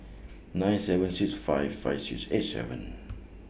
nine seven six five five six eight seven